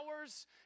hours